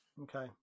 Okay